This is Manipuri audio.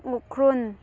ꯎꯈ꯭ꯔꯨꯜ